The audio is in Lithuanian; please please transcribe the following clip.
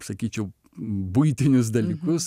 sakyčiau buitinius dalykus